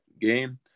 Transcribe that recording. game